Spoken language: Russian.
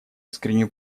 искреннюю